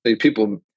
People